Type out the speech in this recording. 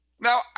Now